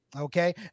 Okay